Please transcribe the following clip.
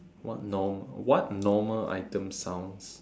what normal what normal item sounds